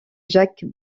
jacques